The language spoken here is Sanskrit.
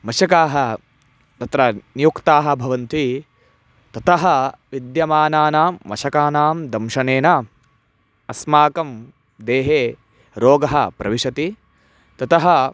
मशकाः तत्र नियुक्ताः भवन्ति ततः विद्यमानानां मशकानां दंशनेन अस्माकं देहे रोगः प्रविशति ततः